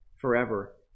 forever